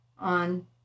on